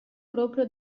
proprio